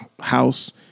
house